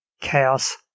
chaos